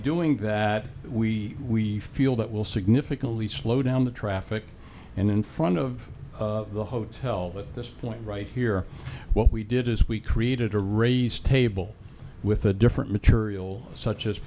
doing that we feel that will significantly slow down the traffic and in front of the hotel at this point right here what we did is we created a race table with a different material such as